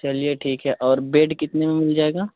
चलिए ठीक है और बेड कितने में मिल जाएगा